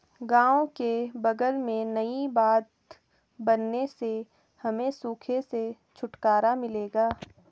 गांव के बगल में नई बांध बनने से हमें सूखे से छुटकारा मिलेगा